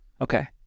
Okay